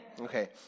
Okay